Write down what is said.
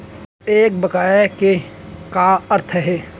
एक बकाया के का अर्थ हे?